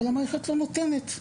אבל המערכת לא נותנת.